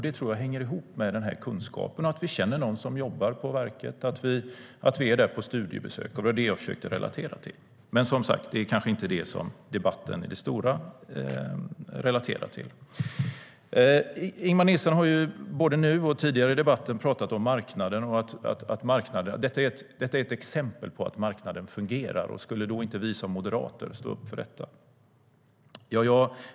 Det tror jag hänger ihop med kunskapen, att vi känner någon som jobbar på verket och att vi är där på studiebesök. Det var vad jag försökte relatera till. Men det är kanske inte vad debatten i stort relaterar till. Ingemar Nilsson har både nu och tidigare i debatten talat om marknaden och sagt att detta är ett exempel på att marknaden fungerar. Skulle då inte vi som moderater stå upp för detta?